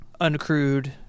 uncrewed